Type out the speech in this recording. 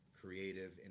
creative